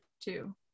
two